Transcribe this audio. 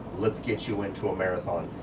let's get you into a marathon.